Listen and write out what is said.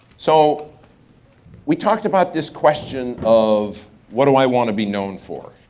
so we talked about this question of what do i want to be known for.